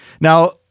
Now